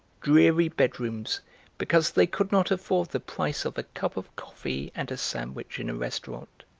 dreary bedrooms because they could not afford the price of a cup of coffee and a sandwich in a restaurant,